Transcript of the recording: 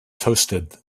toasted